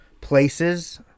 places